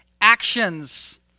actions